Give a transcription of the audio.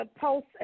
post